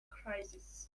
crisis